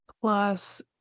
plus